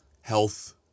Health